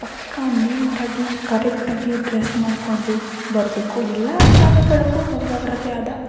ಪಕ್ಕಾ ನೀಟಾಗಿ ಕರೆಕ್ಟಾಗಿ ಡ್ರೆಸ್ ಮಾಡಿಕೊಂಡು ಬರಬೇಕು ಎಲ್ಲ ಶಾಲೆಗಳಿಗೂ ಅವರವರದೇ ಆದ